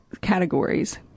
categories